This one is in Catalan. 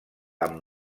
amb